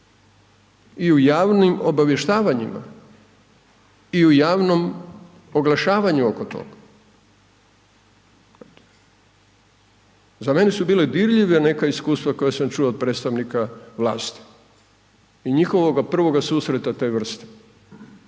I u javnim obavještavanjima i u javnom oglašavanju oko toga, za mene su bila dirljiva neka iskustva, koja sam čuo od predstavnika vlasti i njihovoga prvoga susreta te vrste,